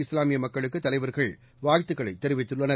இஸ்லாமிய மக்களுக்கு தலைவர்கள் வாழ்த்துக்களை தெரிவித்துள்ளனர்